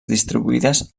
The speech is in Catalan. distribuïdes